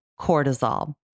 cortisol